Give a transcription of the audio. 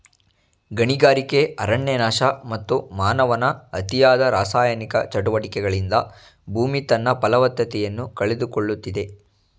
ಗಣಿಗಾರಿಕೆ, ಅರಣ್ಯನಾಶ, ಮತ್ತು ಮಾನವನ ಅತಿಯಾದ ರಾಸಾಯನಿಕ ಚಟುವಟಿಕೆಗಳಿಂದ ಭೂಮಿ ತನ್ನ ಫಲವತ್ತತೆಯನ್ನು ಕಳೆದುಕೊಳ್ಳುತ್ತಿದೆ